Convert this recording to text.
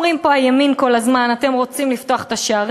אומרים פה אנשי הימין כל הזמן: אתם רוצים לפתוח את השערים,